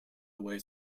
away